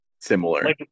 similar